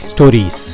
Stories